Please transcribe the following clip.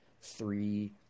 three